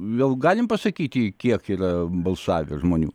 vėl galim pasakyti kiek yra balsavę žmonių